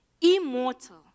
immortal